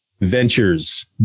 ventures